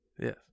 yes